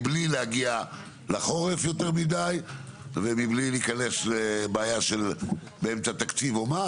מבלי להגיע לחורף יותר מדי ומבלי להיכנס לבעיה של באמצע תקציב או מה,